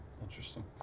Interesting